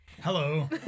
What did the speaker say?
Hello